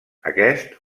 aquest